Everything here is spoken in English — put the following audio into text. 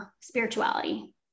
spirituality